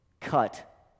cut